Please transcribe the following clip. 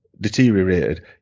deteriorated